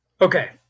Okay